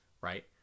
right